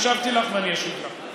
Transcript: אני הקשבתי לך ואני אשיב לך.